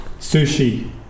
sushi